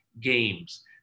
games